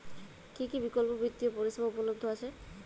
কী কী বিকল্প বিত্তীয় পরিষেবা উপলব্ধ আছে?